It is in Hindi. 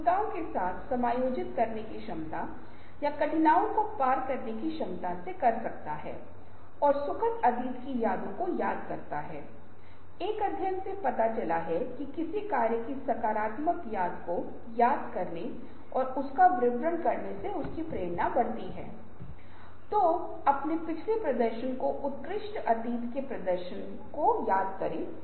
प्रत्येक विशेषज्ञ स्वतंत्र रूप से प्रश्नावली को पूरा करता है तीसरी प्रश्नावली की प्रतिक्रियाएँ केंद्रीय स्थान पर भेजी जाती हैं फिर से केंद्रीय स्थान पर समन्वयक प्रतिलेखन का विश्लेषण और सारांश देता है और समन्वयक पुनः प्रश्नावली को प्रतिक्रियाओं के सारांश के साथ वह विशेषज्ञ को भेजता हैं